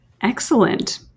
Excellent